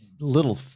little